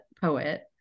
poet